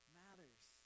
matters